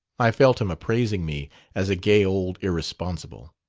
i felt him appraising me as a gay old irresponsible.